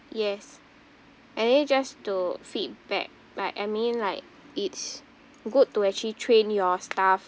yes and then just to feedback like I mean like it's good to actually train your staff